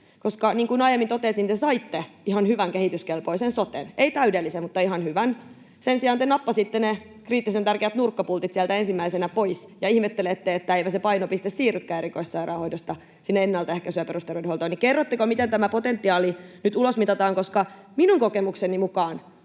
Koska, niin kuin aiemmin totesin, te saitte ihan hyvän, kehityskelpoisen soten — ei täydellisen mutta ihan hyvän — mutta sen sijaan te nappasitte ne kriittisen tärkeät nurkkapultit sieltä ensimmäisenä pois ja ihmettelette, että eipä se painopiste siirrykään erikoissairaanhoidosta sinne ennaltaehkäisyyn ja perusterveydenhuoltoon. Niin kerrotteko, miten tämä potentiaali nyt ulosmitataan, koska minun kokemukseni mukaan